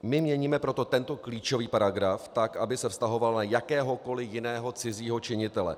My měníme proto tento klíčový paragraf tak, aby se vztahoval na jakéhokoli jiného cizího činitele.